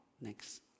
next